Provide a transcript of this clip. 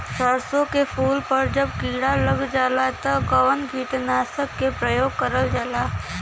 सरसो के फूल पर जब किड़ा लग जाला त कवन कीटनाशक क प्रयोग करल जाला?